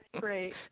great